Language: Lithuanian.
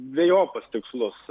dvejopus tikslus